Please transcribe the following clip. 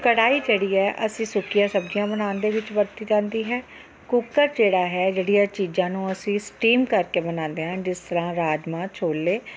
ਕੜਾਹੀ ਜਿਹੜੀ ਹੈ ਅਸੀਂ ਸੁੱਕੀਆਂ ਸਬਜ਼ੀਆਂ ਬਣਾਉਣ ਦੇ ਵਿੱਚ ਵਰਤੀ ਜਾਂਦੀ ਹੈ ਕੁੱਕਰ ਜਿਹੜਾ ਹੈ ਜਿਹੜੀਆਂ ਚੀਜ਼ਾਂ ਨੂੰ ਅਸੀਂ ਸਟੀਮ ਕਰਕੇ ਬਣਾਉਂਦੇ ਹਾਂ ਜਿਸ ਤਰ੍ਹਾਂ ਰਾਜਮਾ ਛੋਲੇ